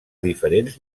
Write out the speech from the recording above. diferents